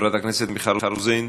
חברת הכנסת מיכל רוזין,